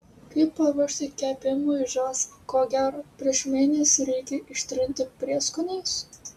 kaip paruošti kepimui žąsį ko gero prieš mėnesį reikia ištrinti prieskoniais